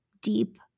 deep